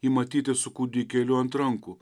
jį matyti su kūdikėliu ant rankų